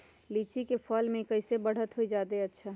लिचि क फल म कईसे बढ़त होई जादे अच्छा?